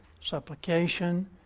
supplication